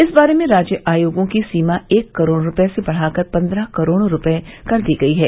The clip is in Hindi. इस बारे में राज्य आयोगों की सीमा एक करोड रुपये से बढ़ाकर पन्द्रह करोड रुपये कर दी गई है